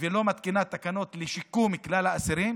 ולא מתקינה תקנות לשיקום כלל האסירים